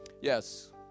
Yes